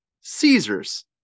Caesar's